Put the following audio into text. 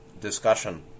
discussion